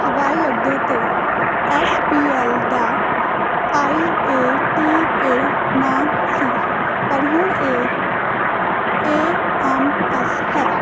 ਹਵਾਈ ਅੱਡੇ 'ਤੇ ਐਸ ਪੀ ਐਲ ਦਾ ਆਈ ਏ ਟੀ ਏ ਨਾਮ ਸੀ ਪਰ ਹੁਣ ਏ ਏ ਐਮ ਐਸ ਹੈ